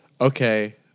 Okay